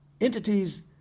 entities